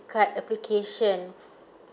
card application